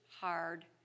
hard